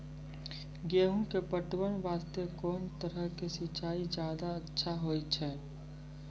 गेहूँ के पटवन वास्ते कोंन तरह के सिंचाई ज्यादा अच्छा होय छै?